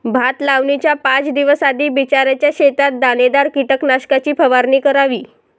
भात लावणीच्या पाच दिवस आधी बिचऱ्याच्या शेतात दाणेदार कीटकनाशकाची फवारणी करावी